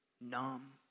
numb